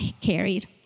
carried